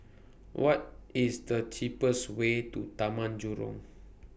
What IS The cheapest Way to Taman Jurong